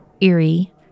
Erie